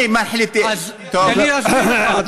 מי מחליט אם, אז תן לי להסביר לך.